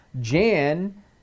Jan